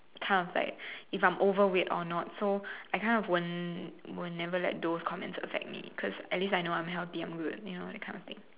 kind of like if I'm overweight or not so I kind of won't will never let those comments affect me at least I know I'm healthy I'm good you know that kind of things